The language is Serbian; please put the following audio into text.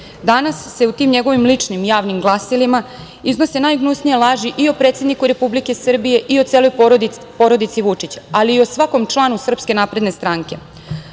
Danas se u tim njegovim ličnim javnim glasilima iznose najgnusnije laži i o predsedniku Republike Srbije i o celoj porodici Vučić, ali i svakom članu SNS.Kao što